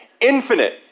Infinite